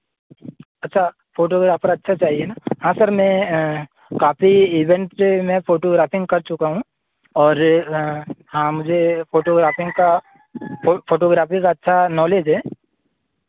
अच्छा फोटोग्राफ़र अच्छा चाहिए ना हाँ सर मैं काफी इवेन्ट पर मैं फोटोग्राफ़िन्ग कर चुका हूँ और हाँ मुझे फोटोग्राफ़िन्ग की फोटो फोटोग्राफ़ी की अच्छी नॉलेज़ है